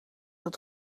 het